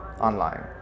online